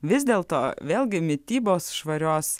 vis dėl to vėlgi mitybos švarios